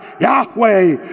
Yahweh